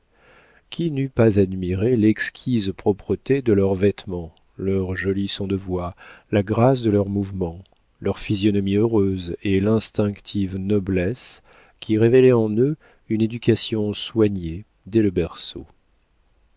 qui n'eût pas admiré l'exquise propreté de leurs vêtements leur joli son de voix la grâce de leurs mouvements leur physionomie heureuse et l'instinctive noblesse qui révélait en eux une éducation soignée dès le berceau